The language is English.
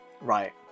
Right